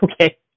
okay